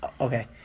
Okay